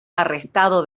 arrestado